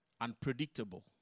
unpredictable